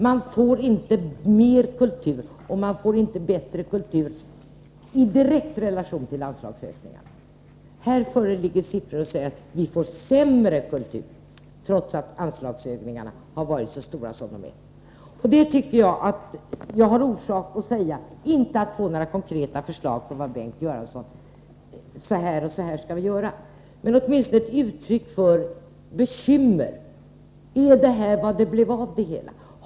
Man får inte mer kultur och bättre kultur i direkt relation till anslagsökningarna. Här föreligger nu siffror som visar att vi får sämre kultur, trots att anslagsökningarna har varit så stora som de varit. Det tycker jag att jag har anledning att säga. Jag väntar mig inte att få några konkreta förslag från Bengt Göransson, att så och så skall vi göra, men Bengt Göransson borde åtminstone ge uttryck för bekymmer. Är det här vad det blev av det hela?